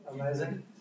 amazing